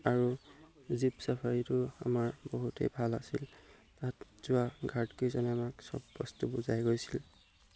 আৰু জীপ চাফাৰীটো আমাৰ বহুতেই ভাল আছিল তাত যোৱা গাৰ্ডকেইজনে আমাক চব বস্তু বুজাই গৈছিল